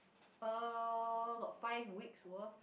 uh got five weeks worth